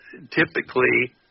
typically